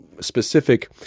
specific